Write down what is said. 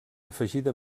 afegida